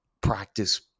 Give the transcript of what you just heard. practice